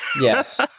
Yes